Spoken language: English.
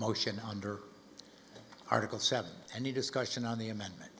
motion under article seven and a discussion on the amendment